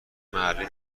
محلی